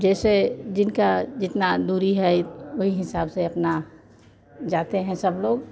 जैसे जिनकी जितनी दूरी है वही हिसाब से अपना जाते हैं सब लोग